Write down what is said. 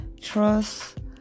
trust